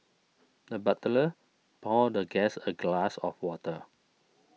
the butler poured the guest a glass of water